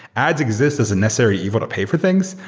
ads exist as a necessary evil to pay for things,